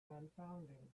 confounding